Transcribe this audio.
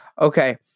Okay